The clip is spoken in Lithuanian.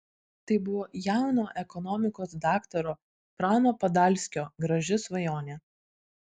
tai buvo jauno ekonomikos daktaro prano padalskio graži svajonė